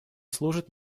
служат